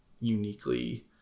uniquely